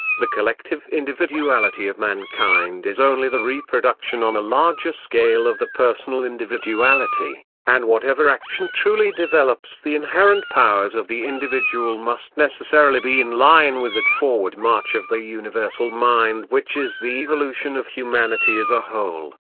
the collective individuality of mankind is only the reproduction on a larger scale of the personal individuality and whatever action truly develops the inherent powers of the individual must necessarily be in line with that forward march of the universal mind which is the evolution of humanity as a whole.